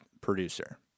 producer